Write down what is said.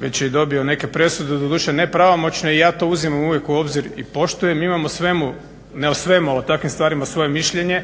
već je i dobio neke presude, doduše nepravomoćne i ja to uzimam uvijek u obzir i poštujem i imam o svemu, ne o svemu ali o takvim stvarima svoje mišljenje,